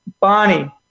Bonnie